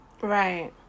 Right